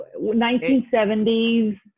1970s